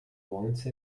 once